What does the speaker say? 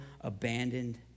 abandoned